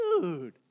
dude